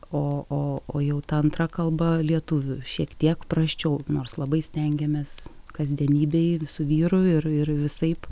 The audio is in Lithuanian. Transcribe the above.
o o o jau ta antra kalba lietuvių šiek tiek prasčiau nors labai stengiamės kasdienybėj su vyru ir ir visaip